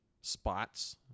spots